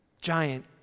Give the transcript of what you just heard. Giant